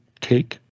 take